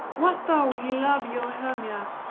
what though he love your hermia?